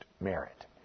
merit